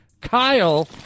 kyle